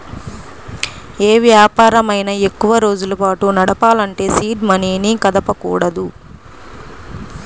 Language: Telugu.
యే వ్యాపారమైనా ఎక్కువరోజుల పాటు నడపాలంటే సీడ్ మనీని కదపకూడదు